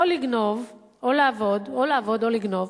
או לעבוד או לגנוב.